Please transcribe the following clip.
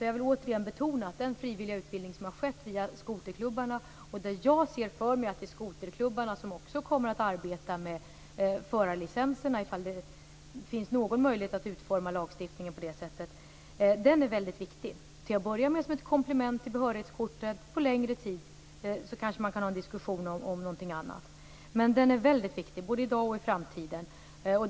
Jag vill återigen betona att den frivilliga utbildning som har skett via skoterklubbarna är mycket viktig. Jag ser för mig att det är skoterklubbarna som också kommer att arbeta med förarlicenserna, om det finns någon möjlighet att utforma lagstiftningen på det sättet. Till att börja med kan det ske som ett komplement till behörighetskortet. På längre sikt kanske man kan ha en diskussion om någonting annat. Men skoterklubbarnas utbildning är väldigt viktig, både i dag och i framtiden.